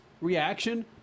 reaction